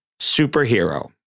superhero